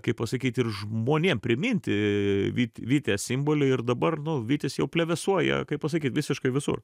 kaip pasakyt ir žmonėm priminti vyt vyties simbolį ir dabar nu vytis jau plevėsuoja kaip pasakyt visiškai visur